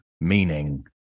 meaning